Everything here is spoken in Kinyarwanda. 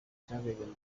cyabereye